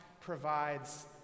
provides